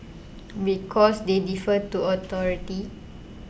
because they defer to authority